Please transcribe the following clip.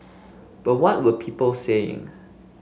but what were people saying